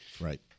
Right